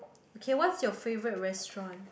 okay what's your favourite restaurant